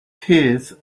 his